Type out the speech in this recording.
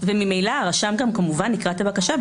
וממילא הרשם כמובן יקרא את הבקשה,